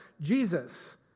Jesus